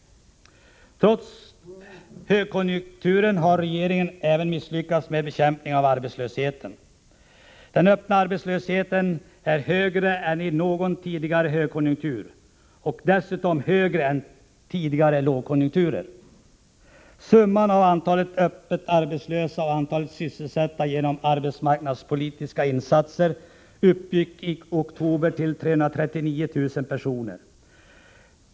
Trots högkonjunkturen har regeringen även misslyckats med bekämpningen av arbetslösheten. Den öppna arbetslösheten är i dag högre än i någon tidigare högkonjunktur och dessutom högre än den varit i tidigare lågkonjunkturer. Det totala antalet öppet arbetslösa och sysselsatta genom arbetsmarknadspolitiska insatser uppgick i oktober till 339 000 personer.